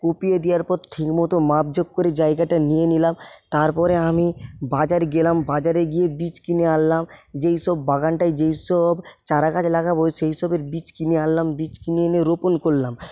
কুপিয়ে দেওয়ার পর ঠিকমতো মাপজোক করে জায়গাটা নিয়ে নিলাম তারপরে আমি বাজার গেলাম বাজারে গিয়ে বীজ কিনে আনলাম যেইসব বাগানটায় যেইসব চারাগাছ লাগাবো সেইসবের বীজ কিনে আনলাম বীজ কিনে এনে রোপণ করলাম